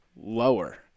lower